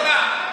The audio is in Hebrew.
אורנה,